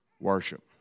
worship